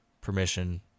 permission